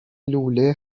لوله